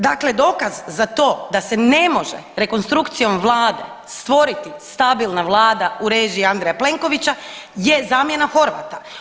Dakle, dokaz za to da se ne može rekonstrukcijom vlade stvoriti stabilna vlada u režiji Andreja Plenkovića je zamjena Horvata.